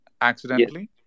accidentally